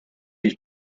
his